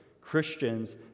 Christians